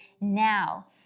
now